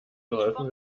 geholfen